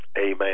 Amen